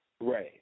Right